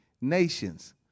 nations